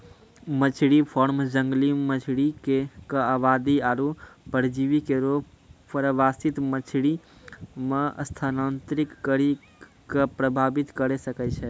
मछरी फार्म जंगली मछरी क आबादी आरु परजीवी केरो प्रवासित मछरी म स्थानांतरित करि कॅ प्रभावित करे सकै छै